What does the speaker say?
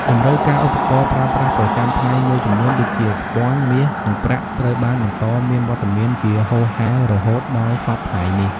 តម្រូវការឧបករណ៍ប្រើប្រាស់ប្រចាំថ្ងៃមួយចំនួន ដូចជា ស្ពាន់ មាស និងប្រាក់ត្រូវបានបន្តមានវត្តមានជាហូរហែររហូតដល់សព្វថ្ងៃនេះ។